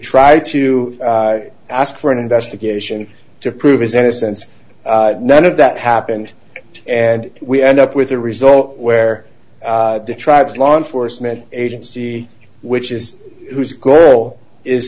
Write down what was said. try to ask for an investigation to prove his innocence none of that happened and we end up with a result where the tribes law enforcement agency which is whose goal is